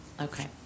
Okay